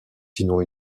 sinon